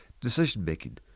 decision-making